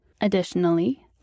Additionally